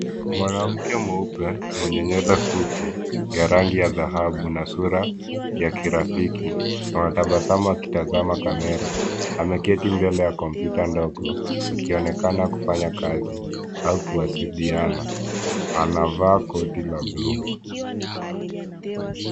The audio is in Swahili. Mwanamke mweupe mwenye nywele fupi ya rangi ya dhahabu na sura ya kirafiki anatabasamu akitazama kamera. Ameketi mbele ya kompyuta ndogo akionekana kufanya kazi au kuwasiliana. Anavaa koti la bluu.